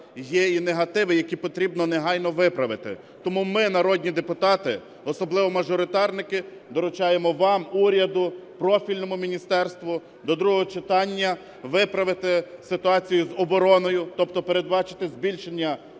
є і негативи, які потрібно негайно виправити. Тому ми, народні депутати, особливо мажоритарники, доручаємо вам, уряду, профільному міністерству до другого читання виправити ситуацію з обороною, тобто передбачити збільшення